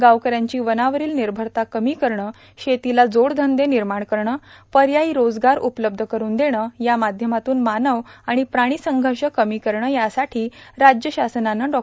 गावक यांची वनावरोल निभरता कमी करणं शेतीला जोड धंदे र्णिमाण करणं पयाय रोजगार उपलब्ध करुन देणे या माध्यमातून मानव आर्गण प्राणी संघष कमी करणं यासाठी राज्य शासनानं डॉ